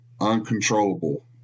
uncontrollable